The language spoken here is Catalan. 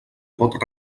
pot